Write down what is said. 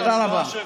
תודה רבה.